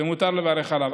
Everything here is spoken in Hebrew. ומותר לברך עליו,